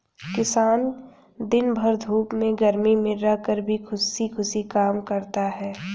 किसान दिन भर धूप में गर्मी में रहकर भी खुशी खुशी काम करता है